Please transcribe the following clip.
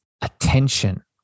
attention